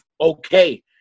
okay